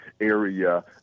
area